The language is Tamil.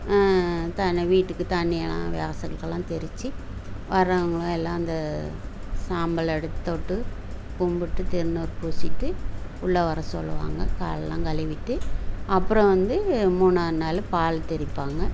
தண்ணி வீட்டுக்கு தண்ணி எல்லாம் வாசலுக்கெல்லாம் தெளிச்சு வர்றவங்க எல்லாம் அந்த சாம்பலை எடுத்து தொட்டு கும்பிட்டு திருநீர் பூசிட்டு உள்ள வர சொல்லுவாங்க காலெல்லாம் கழுவிட்டு அப்புறம் வந்து மூணாம் நாள் பால் தெளிப்பாங்க